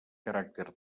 caràcter